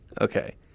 Okay